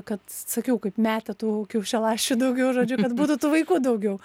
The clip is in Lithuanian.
kad sakiau kaip metė tų kiaušialąsčių daugiau žodžių kad būtų tų vaikų daugiau